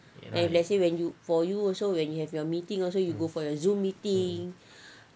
and let's say when you for you also when you have a meeting also you go for your zoom meeting